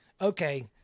okay